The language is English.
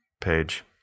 page